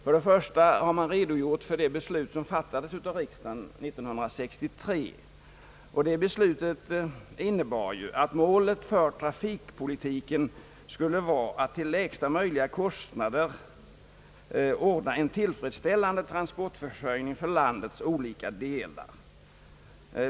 För det första har man redogjort för det beslut som fattades av riksdagen år 1963, vilket beslut ju innebar att målet för trafikpolitiken skulle vara att till lägsta möjliga kostnader ordna en tillfredsställande transportförsörjning för landets olika delar.